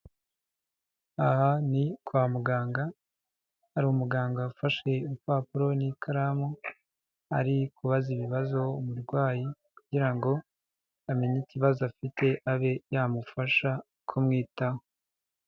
Aha ni kwa muganga, hari umuganga ufashe urupapuro n'ikaramu, ari kubaza ibibazo umurwayi kugira ngo amenye ikibazo afite, abe yamufasha kumwitaho.